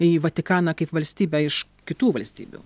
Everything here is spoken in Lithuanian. į vatikaną kaip valstybę iš kitų valstybių